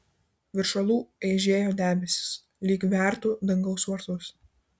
virš uolų eižėjo debesys lyg vertų dangaus vartus